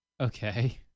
Okay